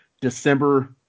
December